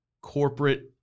corporate